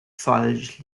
falsch